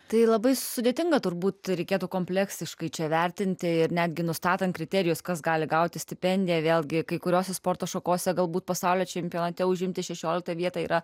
tai labai sudėtinga turbūt reikėtų kompleksiškai čia vertinti ir netgi nustatant kriterijus kas gali gauti stipendiją vėlgi kai kurios sporto šakose galbūt pasaulio čempionate užimti šešioliktą vietą yra